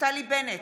נפתלי בנט,